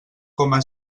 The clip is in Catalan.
coma